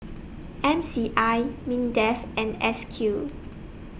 M C I Mindef and S Q